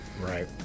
right